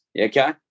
okay